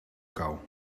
kou